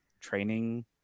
training